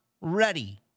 ready